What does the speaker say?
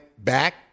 back